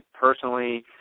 personally